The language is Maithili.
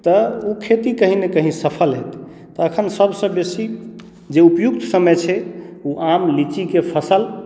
तऽ ओ खेती कहीँ ने कहीँ सफल हेतै तऽ अखन सबसँ बेसी जे उपयुक्त समय छै ओ आम लीचीके फसल